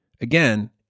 again